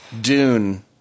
dune